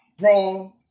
wrong